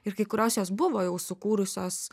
ir kai kurios jos buvo jau sukūrusios